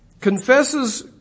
confesses